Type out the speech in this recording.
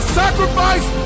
sacrifice